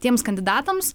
tiems kandidatams